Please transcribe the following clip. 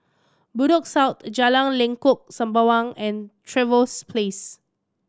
Bedok South Jalan Lengkok Sembawang and Trevose Place